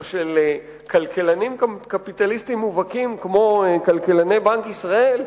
של כלכלנים קפיטליסטים מובהקים כמו כלכלני בנק ישראל,